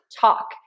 talk